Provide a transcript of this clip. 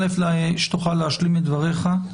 שתוכל להשלים את דבריך,